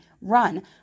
run